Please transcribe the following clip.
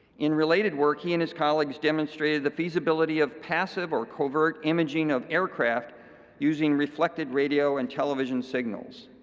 in related work he and his colleagues demonstrated the feasibility of passive or covert imaging of aircraft using reflected radio and television signals.